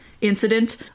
incident